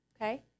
Okay